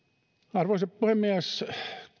arvoisa puhemies